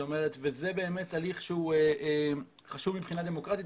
זה באמת הליך שהוא חשוב מבחינה דמוקרטית.